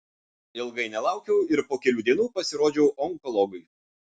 ilgai nelaukiau ir po kelių dienų pasirodžiau onkologui